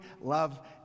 love